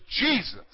Jesus